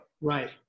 Right